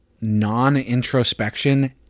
non-introspection